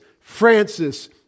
Francis